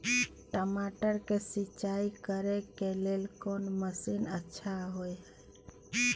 टमाटर के सिंचाई करे के लेल कोन मसीन अच्छा होय है